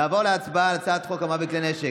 נעבור להצבעה על הצעת חוק המאבק בכלי הנשק